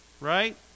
Right